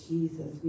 Jesus